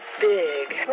big